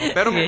Pero